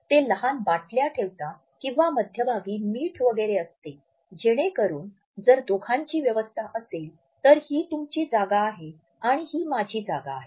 ते लहान बाटल्या ठेवतात किंवा मध्यभागी मीठ वगैरे असते जेणेकरून जर दोघांची व्यवस्था असेल तर ही तुमची जागा आहे आणि ही माझी जागा आहे